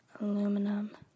aluminum